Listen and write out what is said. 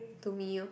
to me lor